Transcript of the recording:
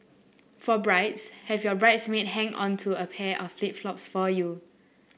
for brides have your bridesmaid hang onto a pair of flip flops for you